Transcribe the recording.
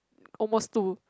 almost two